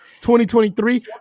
2023